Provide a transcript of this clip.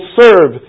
serve